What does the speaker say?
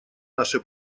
наши